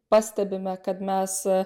pastebime kad mes